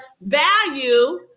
value